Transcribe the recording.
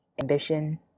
ambition